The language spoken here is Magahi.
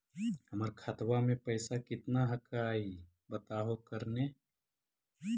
हमर खतवा में पैसा कितना हकाई बताहो करने?